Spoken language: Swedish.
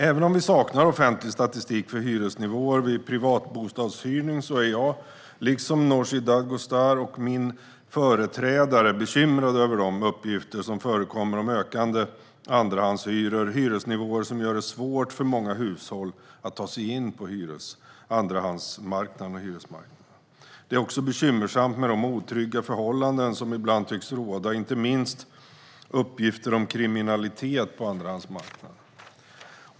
Även om vi saknar offentlig statistik för hyresnivåer vid privatbostadsuthyrning är jag, liksom Nooshi Dadgostar och min företrädare, bekymrad över de uppgifter som förekommer om ökande andrahandshyror, hyresnivåer som gör det svårt för många hushåll att ta sig in på andrahandsmarknaden och hyresmarknaden. Det är också bekymmersamt med de otrygga förhållanden som ibland tycks råda, inte minst uppgifter om kriminalitet på andrahandsmarknaden.